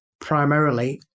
primarily